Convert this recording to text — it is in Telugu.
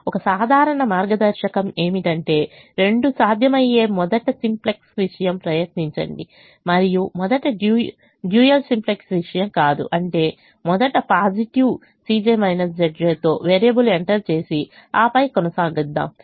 ఒక సాధారణ మార్గదర్శకం ఏమిటంటే రెండూ సాధ్యమైతే మొదట సింప్లెక్స్ విషయం ప్రయత్నించండి మరియు మొదట డ్యూయల్ సింప్లెక్స్ విషయం కాదు అంటే మొదట పాజిటివ్ తో వేరియబుల్ ఎంటర్ చేసి ఆపై కొనసాగండి